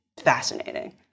fascinating